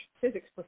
physics